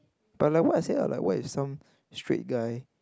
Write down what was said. but like what is ya but what is some straight guy